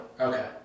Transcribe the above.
Okay